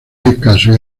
escaso